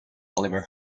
oliver